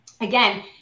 again